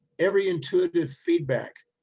every intuitive feedback,